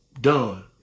done